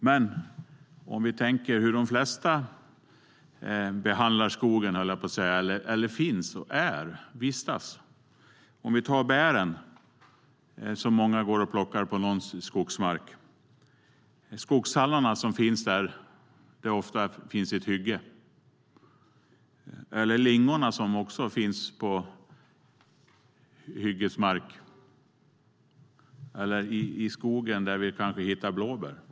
Men vi kan tänka på hur de flesta vistas i skogen. Många går och plockar bär på någons skogsmark. Skogshallon finns ofta på ett hygge. Lingon finns också på hygget. Och i skogen hittar vi kanske blåbär.